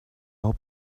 all